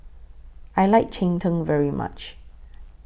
I like Cheng Tng very much